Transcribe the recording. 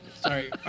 Sorry